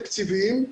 וכמובן תקציביים.